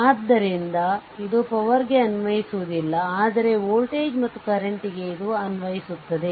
ಆದ್ದರಿಂದ ಇದು ಪವರ್ ಗೆ ಅನ್ವಯಿಸುವುದಿಲ್ಲ ಆದರೆ ವೋಲ್ಟೇಜ್ ಮತ್ತು ಕರೆಂಟ್ ಗೆ ಇದು ಅನ್ವಯಿಸುತ್ತದೆ